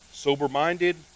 Sober-minded